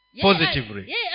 positively